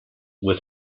with